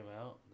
out